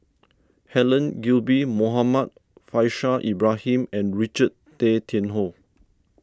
Helen Gilbey Muhammad Faishal Ibrahim and Richard Tay Tian Hoe